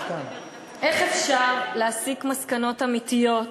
אז תיתן לי לדבר, כדאי שתקשיבו לחיילים,